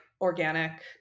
organic